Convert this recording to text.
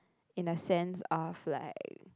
in the sense of like